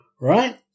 Right